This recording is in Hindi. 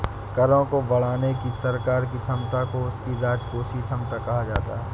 करों को बढ़ाने की सरकार की क्षमता को उसकी राजकोषीय क्षमता कहा जाता है